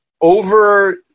over